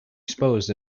exposed